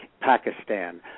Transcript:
Pakistan